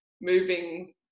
moving